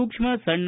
ಸೂಕ್ಷ್ಮ ಸಣ್ಣ